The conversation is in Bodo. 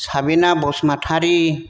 साबिना बसुमतारि